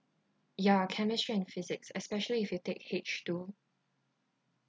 ya chemistry and physics especially if you take H two